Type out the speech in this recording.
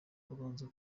kubanza